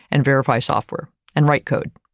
and verify software and write code.